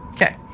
Okay